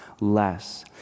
less